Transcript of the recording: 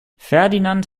ferdinand